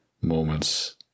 moments